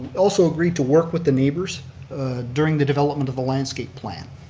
also agreed to work with the neighbors during the development of the landscape plan.